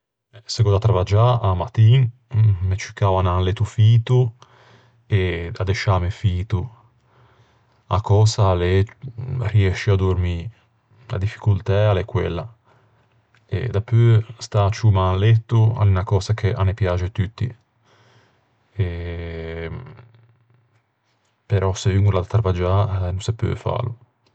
Se gh'ò da travaggiâ a-a mattin m'é cao anâ in letto fito e addesciâme fito. A cösa a l'é riescî à dormî, a difficoltæ a l'é quella. Dapeu, stâ à ciömâ in letto a l'é unna cösa ch'a ne piaxe tutti, solo che se un o l'à da travaggiâ a no se peu fâ.